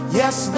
yes